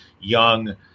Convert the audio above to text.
young